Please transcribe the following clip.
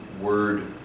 Word